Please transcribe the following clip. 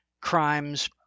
crimes